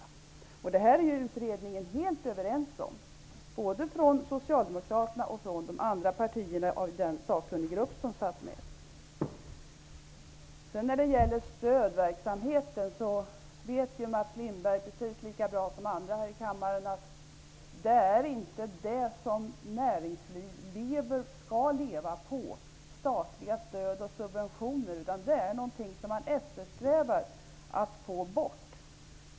Det är man i den grupp av sakkunniga som satt med i utredningen helt överens om, både från Socialdemokraternas och de andra partiernas sida. Mats Lindberg vet, precis som alla andra här i kammaren, att svenskt näringsliv inte skall leva på statligt stöd och statliga subventioner. De skall man eftersträva att få bort.